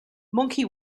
monkey